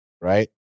Right